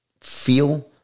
feel